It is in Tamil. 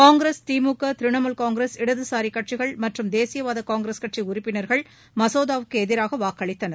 காங்கிரஸ் திமுக திருணமூல் காங்கிரஸ் இடதுசாரி கட்சிகள் மற்றும் தேசியவாத காங்கிரஸ் கட்சி உறுப்பினர்கள் மசோதாவுக்கு எதிராக வாக்களித்தனர்